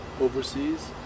overseas